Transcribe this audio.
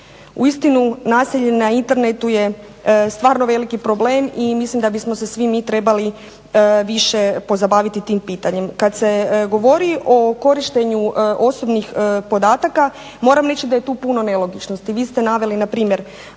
Uistinu nasilje na internetu je stvarno veliki problem i mislim da bismo se mi svi trebali pozabaviti tim pitanjem. Kada se govori o korištenju osobnih podataka moram reći da je tu puno nelogičnosti.